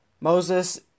Moses